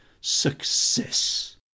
Success